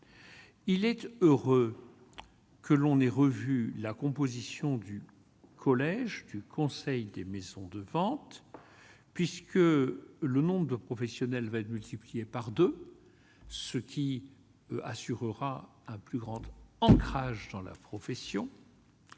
Il est heureux que l'on ait revu la composition du collège du Conseil des maisons de vente puisque le nombre de professionnels va être multiplié par 2, ce qui assurera un plus grande ancrage dans la profession.